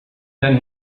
then